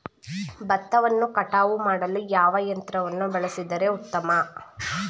ಭತ್ತವನ್ನು ಕಟಾವು ಮಾಡಲು ಯಾವ ಯಂತ್ರವನ್ನು ಬಳಸಿದರೆ ಉತ್ತಮ?